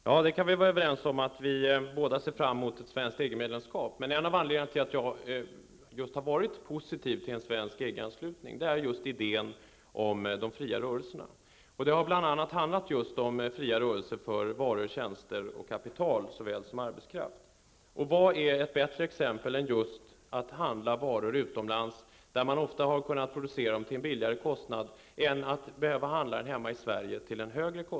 Fru talman! Ja, vi kan vara överens om att vi både ser fram emot ett svenskt EG-medlemskap. Men en av anledningarna till att jag varit positiv till en svensk EG anslutning är just idén om de fria rörelserna. Det har bl.a. handlat just om fria rörelser för varor, tjänster, kapital och även arbetskraft. Vad kan vara ett bättre exempel än just inköp av varor utomlands, vilka där ofta har kunnat produceras till en billigare kostnad än vad de betingar i Sverige?